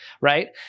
right